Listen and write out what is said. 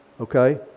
okay